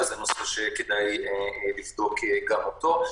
זה נושא שכדאי לבדוק גם אותו.